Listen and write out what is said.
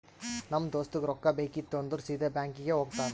ನಮ್ ದೋಸ್ತಗ್ ರೊಕ್ಕಾ ಬೇಕಿತ್ತು ಅಂದುರ್ ಸೀದಾ ಬ್ಯಾಂಕ್ಗೆ ಹೋಗ್ತಾನ